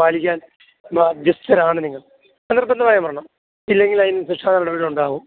പാലിക്കാൻ ബാധ്യസ്ഥരാണ് നിങ്ങൾ നിർബന്ധമായും വരണം ഇല്ലെങ്കിൽ അതിനു ശിക്ഷാനടപടി ഉണ്ടാകും